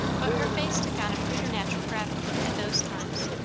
but her face took on a preternatural gravity at those times,